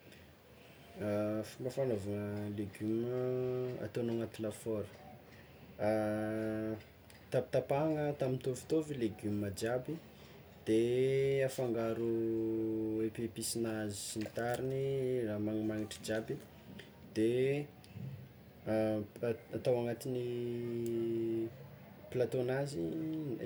Fomba fagnaovana legioma ataognao agnaty lafaoro, tapitapahana atao mitovitovy legioma jiaby, de afangaro epiepisin'azy sy ny tariny, raha magnimagnitry jiaby de atao agnatin'ny platôn'azy